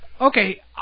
okay